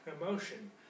emotion